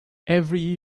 every